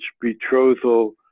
betrothal